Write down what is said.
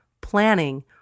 planning